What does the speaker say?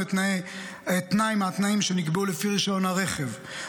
תנאי מהתנאים שנקבעו לפי רישיון הרכב,